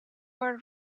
were